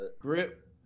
Grip